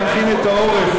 להכין את העורף,